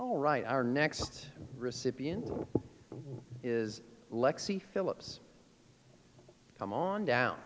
all right our next recipient is lexie phillips come on down